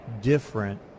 different